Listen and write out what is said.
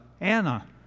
Anna